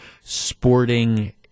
sporting